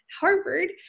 Harvard